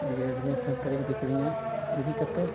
ᱤᱭᱟᱹ ᱛᱟᱨᱤ ᱤᱫᱤ ᱠᱤᱫᱤᱧᱟᱭ ᱤᱫᱤᱠᱟᱛᱮ